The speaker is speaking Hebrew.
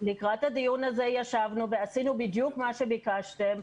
לקראת הדיון הזה ישבנו ועשינו בדיוק מה שביקשתם,